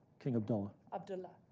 king abdullah. abdullah,